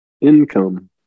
income